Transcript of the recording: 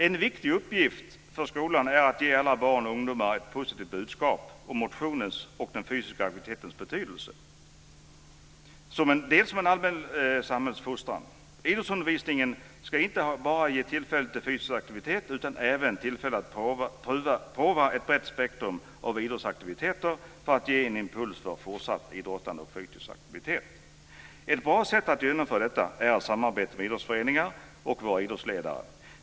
En viktig uppgift för skolan är att ge alla barn och ungdomar ett positivt budskap om motionens och den fysiska aktivitetens betydelse, bl.a. som en allmän samhällsfostran. Idrottsundervisningen ska inte bara ge tillfälle till fysisk aktivitet utan även ge tillfälle att prova på ett brett spektrum av idrottsaktiviteter för att ge impuls för fortsatt idrottande och fysisk aktivitet. Ett bra sätt att genomföra detta är att samarbeta med idrottsföreningar och våra idrottsledare.